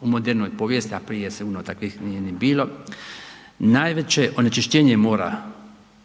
u modernoj povijesti, a prije sigurno takvih nije ni bilo, najveće onečišćenje mora